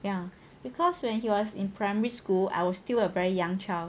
ya because when he was in primary school I was still a very young child